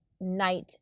night